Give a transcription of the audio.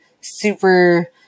super